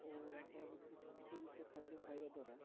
ଓ ତା' ସନ୍ତୁଳିତ ଖାଦ୍ୟ ଖାଇବା ଦ୍ୱାରା